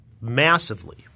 massively